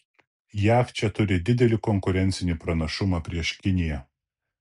jav čia turi didelį konkurencinį pranašumą prieš kiniją